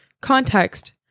Context